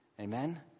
Amen